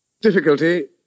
Difficulty